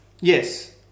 Yes